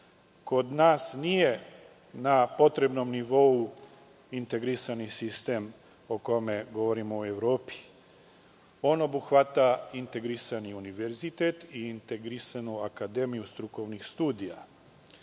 Kod nas nije na potrebnom nivou integrisani sistem o kome govorimo u Evropi. On obuhvata integrisani univerzitet i integrisanu akademiju strukovnih studija.